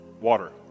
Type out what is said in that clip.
water